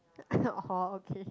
orh hor okay